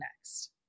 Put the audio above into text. next